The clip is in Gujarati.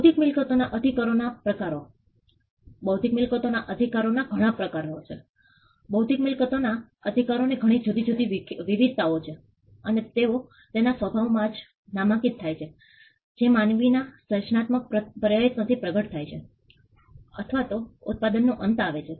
બૌદ્ધિક મિલકતોના અધિકારો ના પ્રકારો બૌદ્ધિક મિલકતોના અધિકારો ના ઘણા પ્રકારો છે બૌદ્ધિક મિલકતોના અધિકારો ની ઘણી જુદી જુદી વિવિધતા છે અને તેઓ તેના સ્વભાવથી જ નામાંકિત થાય છે જે માનવી ના સર્જનાત્મક પ્રયત્નો થી પ્રગટ થાય છે અથવા તો ઉત્પાદન નો અંત આવે છે